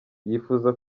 yifuza